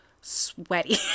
sweaty